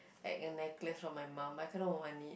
like a necklace from my mum I kinda want it